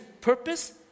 purpose